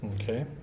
Okay